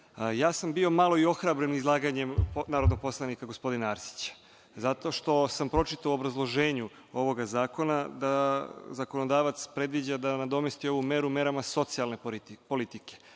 bio sam malo i ohrabren izlaganjem gospodina Arsića zato što sam pročitao u obrazloženju ovoga zakona da zakonodavac predviđa da nadomesti ovu meru merama socijalne politike,